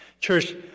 Church